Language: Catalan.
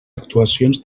actuacions